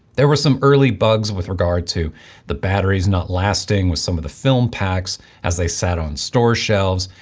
there were some early bugs with regard to the batteries not lasting with some of the film packs as they sat on store shelves,